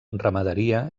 ramaderia